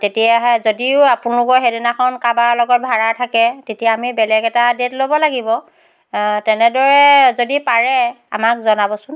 তেতিয়াহে যদিও আপোনালোকৰ সেইদিনাখন কাবাৰ লগত ভাড়া থাকে তেতিয়া আমি বেলেগ এটা ডেট ল'ব লাগিব তেনেদৰে যদি পাৰে আমাক জনাবচোন